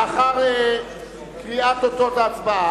לאחר קביעת תוצאות ההצבעה,